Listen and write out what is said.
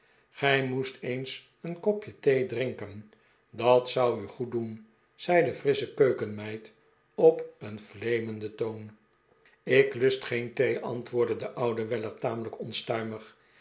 gij moest eens een kopje thee drinken dat zou u goed doen zei de frissche keukenmeid op een fleemenden toon ik lust geen thee antwoordde de oude weller tamelijk onstuimig